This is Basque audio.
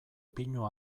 pinu